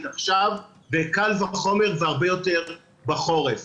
עכשיו וקל וחומר והרבה יותר בחורף.